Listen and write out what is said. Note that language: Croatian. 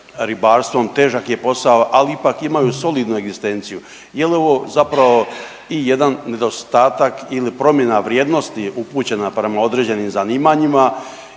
ribarstvom, težak je posao ali ipak imaju solidnu egzistenciju. Je li ovo zapravo i jedan nedostatak ili promjena vrijednosti upućena prema određenim zanimanjima